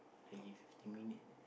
I give fifteen minute